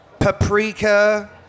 Paprika